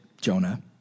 Jonah